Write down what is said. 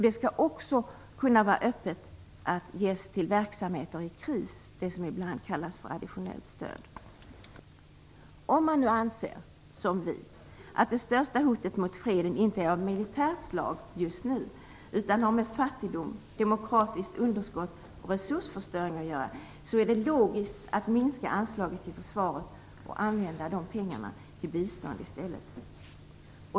Det skall också kunna vara öppet att ges till verksamheter i kris, det som ibland kallas för additionellt stöd. Om man nu anser, som vi gör, att det största hotet mot freden inte är av militärt slag just nu utan har med fattigdom, demokratiskt underskott och resursförstöring att göra är det logiskt att minska anslaget till försvaret och använda pengarna till bistånd i stället.